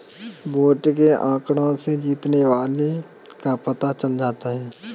vote के आंकड़ों से जीतने वाले का पता चल जाता है